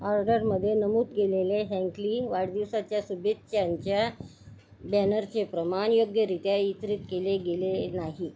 ऑर्डरमध्ये नमूद केलेले हँकली वाढदिवसाच्या शुभेच्छांच्या बॅनरचे प्रमाण योग्यरित्या वितरित केले गेले नाही